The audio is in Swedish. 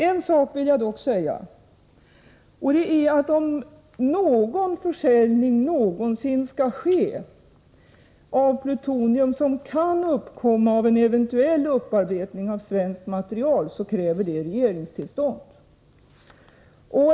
En sak vill jag dock säga: Om försäljning någonsin skall ske av plutonium som kan uppkomma vid en eventuell upparbetning av svenskt material kräver detta regeringstillstånd.